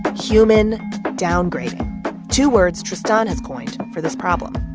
but human downgrading two words tristan his coined for this problem.